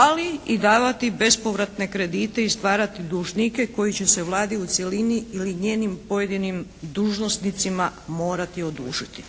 ali i davati bespovratne kredite i stvarati dužnike koji će se Vladi u cjelini ili njenim pojedinim dužnosnicima morati odužiti.